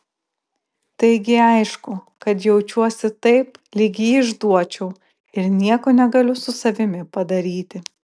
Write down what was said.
taigi aišku kad jaučiuosi taip lyg jį išduočiau ir nieko negaliu su savimi padaryti